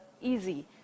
easy